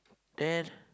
then